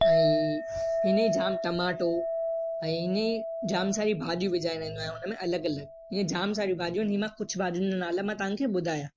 ऐं हिन ई जाम टमाटो ऐं इन जाम सारी भाॼियूं विझाए रहंदो आहियां उनमें अलॻि अलॻि ईअं जाम सारी भाॼियूं आहिनि हीअ मां कुझु भाॼियुनि जो नाला मां तव्हांखे ॿुधायां